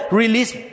release